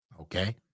Okay